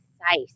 Precise